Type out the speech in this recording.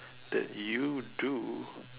that you do